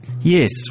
Yes